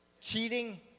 cheating